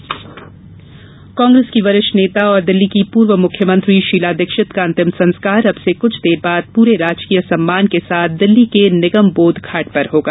निधन कांग्रेस की वरिष्ठ नेता और दिल्ली की पूर्व मुख्यमंत्री शीला दीक्षित का अंतिम संस्कार अब से क्छ देर बाद पूरे राजकीय सम्मान के साथ निगम बोध घाट पर होगा